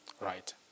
Right